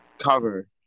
cover